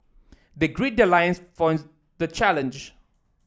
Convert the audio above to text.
they gird their loins for the challenge